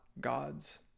gods